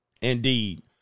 Indeed